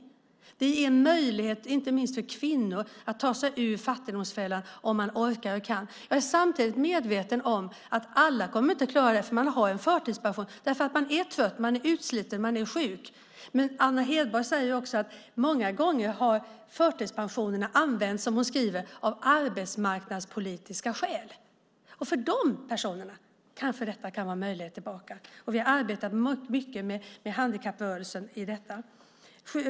Det är en möjlighet inte minst för kvinnor att ta sig ur fattigdomsfällan om de orkar och kan. Jag är samtidigt medveten om att alla inte kommer att klara det. De har en förtidspension därför att de är trötta, utslitna och sjuka. Anna Hedborg skriver också att förtidspensionerna många gångar har använts av arbetsmarknadspolitiska skäl. För dessa personer kan detta kanske vara en möjlighet tillbaka. Vi arbetar mycket med handikapprörelsen när det gäller detta.